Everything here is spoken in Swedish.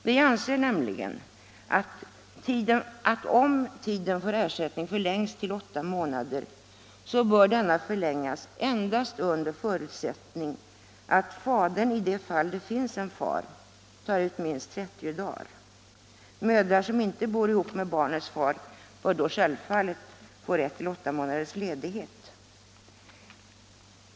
Vi anser nämligen att tiden för ersättning endast bör förlängas till åtta månader under förutsättning att fadern — i de fall han sammanbor med familjen — tar ut minst 30 dagars ledighet. Mödrar som inte bor ihop med barnets far bör självfallet få rätt till åtta månaders ledighet.